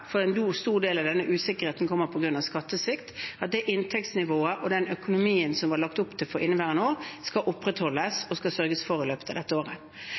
for en stor del av denne usikkerheten kommer på grunn av skattesvikt. Det inntektsnivået og den økonomien som det var lagt opp til for innværende år, skal vi sørge for opprettholdes i løpet av dette året.